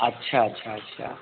अच्छा अच्छा अच्छा